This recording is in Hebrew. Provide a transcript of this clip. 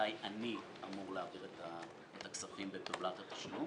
מתי אני אמור להעביר את הכספים לטובת התשלום.